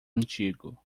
antigo